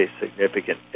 significant